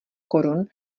korun